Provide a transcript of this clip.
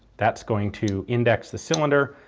that's going to index the cylinder.